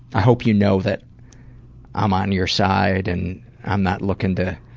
i hope you know that i'm on your side, and i'm not looking to